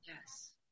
Yes